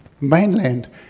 Mainland